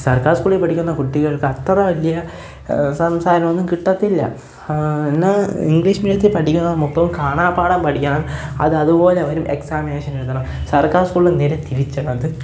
സർക്കാർ സ്കൂളിൽ പഠിക്കുന്ന കുട്ടികൾക്ക് അത്ര വലിയ സംസാരം ഒന്നും കിട്ടത്തില്ല എന്നാല് ഇംഗ്ലീഷ് മീഡിയത്തിൽ പഠിക്കുന്നത് മൊത്തവും കാണാപ്പാഠം പഠിക്കണം അതതുപോലെ വരും എക്സാമിനേഷൻ എഴുതണം സർക്കാർ സ്കൂളിൽ നേരെ തിരിച്ചാണത്